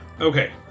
Okay